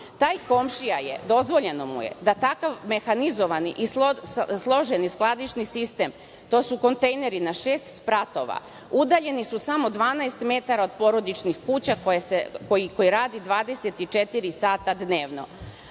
taj komšija je, dozvoljeno mu je, da takav mehanizovani i složeni skladišni sistem, to su kontejneri na šest spratova udaljeni su samo 12 metara od porodičnih kuća koji radi 24 sata dnevno.